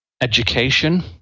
education